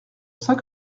cent